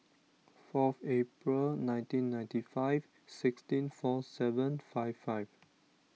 forth April nineteen ninety five sixteen four seven five five